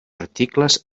articles